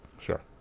Sure